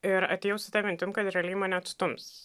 ir atėjau su ta mintim kad realiai mane atstums